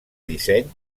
disseny